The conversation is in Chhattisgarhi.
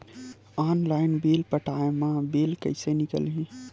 ऑनलाइन बिल पटाय मा बिल कइसे निकलही?